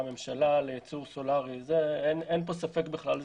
הממשלה לייצור סולרי אין פה ספק בכלל.